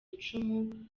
icumu